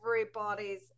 everybody's